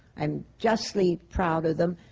i'm justly proud of them,